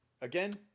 again